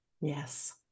Yes